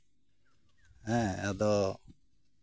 ᱦᱮᱸ ᱟᱫᱚ